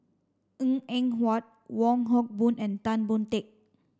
Png Eng Huat Wong Hock Boon and Tan Boon Teik